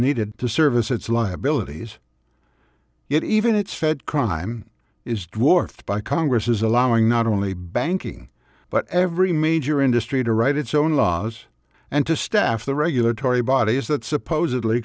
needed to service its liabilities yet even its fed crime is dwarfed by congress is allowing not only banking but every major industry to write its own laws and to staff the regulatory bodies that supposedly